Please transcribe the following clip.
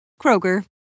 Kroger